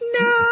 No